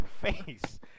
face